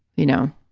you know,